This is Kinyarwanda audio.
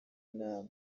namwe